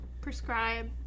Prescribe